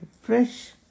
fresh